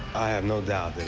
i have no dot that